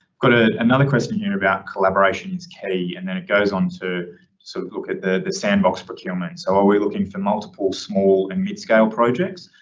got ah another question here about collaboration is key and then it goes on to sort of look at the sandbox procurement. so are we looking for multiple, small and mid scale projects?